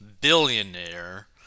billionaire